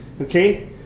okay